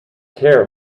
care